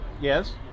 Yes